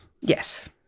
Yes